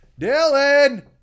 Dylan